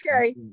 Okay